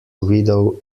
widow